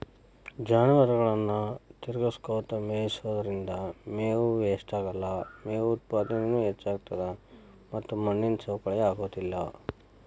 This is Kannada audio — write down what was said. ಜಾನುವಾರುಗಳನ್ನ ತಿರಗಸ್ಕೊತ ಮೇಯಿಸೋದ್ರಿಂದ ಮೇವು ವೇಷ್ಟಾಗಲ್ಲ, ಮೇವು ಉತ್ಪಾದನೇನು ಹೆಚ್ಚಾಗ್ತತದ ಮತ್ತ ಮಣ್ಣಿನ ಸವಕಳಿ ಆಗೋದಿಲ್ಲ